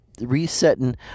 resetting